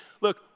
look